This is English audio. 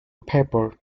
paper